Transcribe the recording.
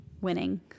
winning